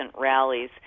rallies